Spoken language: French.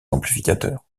amplificateurs